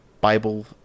bible